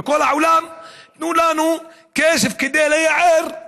בכל העולם: תנו לנו כסף כדי לייער.